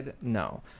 No